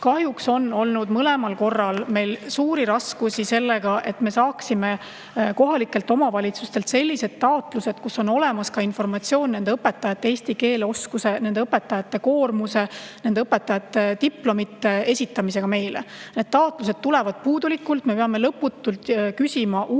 Kahjuks on olnud mõlemal korral suuri raskusi sellega, et me saaksime kohalikelt omavalitsustelt sellised taotlused, kus on olemas ka informatsioon nende õpetajate eesti keele oskuse kohta, nende õpetajate koormuse ja diplomite [olemasolu] kohta. Need taotlused tulevad puudulikult, me peame lõputult küsima uusi